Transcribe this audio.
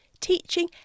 Teaching